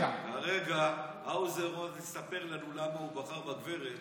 הרגע האוזר עוד יספר לנו למה הוא בחר בגברת